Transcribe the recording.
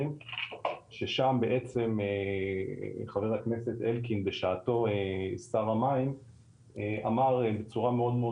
ששם בעצם חבר הכנסת אלקין בשעתו שר המים אמר בצורה מאוד מאוד